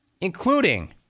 including